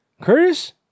Curtis